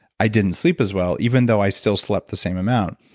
i didn't sleep as well even though i still slept the same amount.